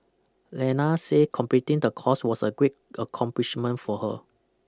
Lena say completing the course was a great accomplishment for her